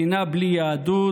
מדינה בלי יהדות,